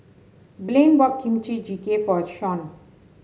Blaine bought Kimchi Jjigae for Shaun